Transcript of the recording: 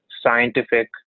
scientific